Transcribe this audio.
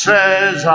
Says